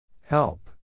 Help